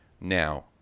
Now